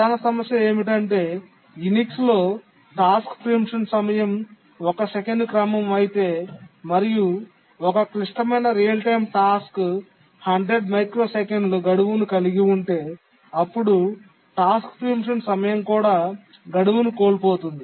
ప్రధాన సమస్య ఏమిటంటే యునిక్స్ లో టాస్క్ ప్రీమిప్షన్ సమయం ఒక సెకను క్రమం అయితే మరియు ఒక క్లిష్టమైన రియల్ టైమ్ టాస్క్ 100 మైక్రోసెకన్ల గడువును కలిగి ఉంటే అప్పుడు టాస్క్ ప్రీమిప్షన్ సమయం కూడా గడువును కోల్పోతుంది